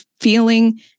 feeling